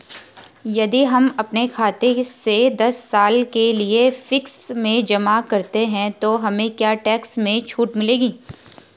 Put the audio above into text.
यदि हम अपने खाते से दस साल के लिए फिक्स में जमा करते हैं तो हमें क्या टैक्स में छूट मिलेगी?